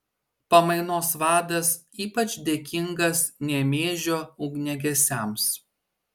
pamainos vadas ypač dėkingas nemėžio ugniagesiams